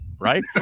Right